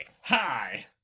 Hi